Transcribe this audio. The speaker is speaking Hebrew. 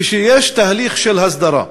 כשיש תהליך של הסדרה,